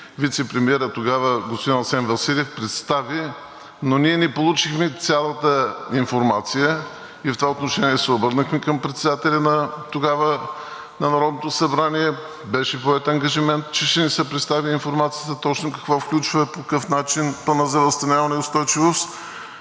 вицепремиерът – тогава господин Асен Василев, представи, но ние не получихме цялата информация и в това отношение се обърнахме към председателя тогава на Народното събрание. Беше поет ангажимент, че ще ни се представи информацията точно какво включва, по какъв начин Планът за възстановяване и устойчивост…